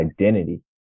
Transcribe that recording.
identity